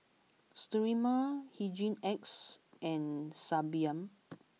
Sterimar Hygin X and Sebamed